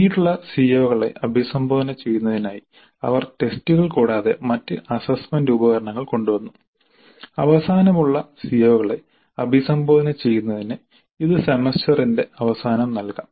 പിന്നീടുള്ള സിഒകളെ അഭിസംബോധന ചെയ്യുന്നതിനായി അവർ ടെസ്റ്റുകൾ കൂടാതെ മറ്റ് അസ്സസ്സ്മെന്റ് ഉപകരണങ്ങൾ കൊണ്ടുവന്നു അവസാനമുള്ള സിഒകളെ അഭിസംബോധന ചെയ്യുന്നതിന് ഇത് സെമസ്റ്ററിന്റെ അവസാനം നൽകാം